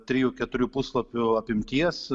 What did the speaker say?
trijų keturių puslapių apimties